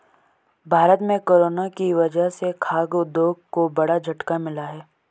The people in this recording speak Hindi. भारत में कोरोना की वजह से खाघ उद्योग को बड़ा झटका मिला है